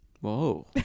whoa